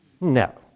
No